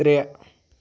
ترٛےٚ